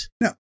no